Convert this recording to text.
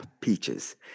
peaches